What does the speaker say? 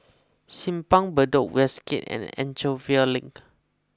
Simpang Bedok Westgate and Anchorvale Link